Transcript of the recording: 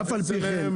אף על פי כן,